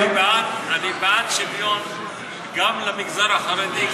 אני בעד שוויון גם למגזר החרדי.